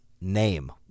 name